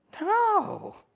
no